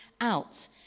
out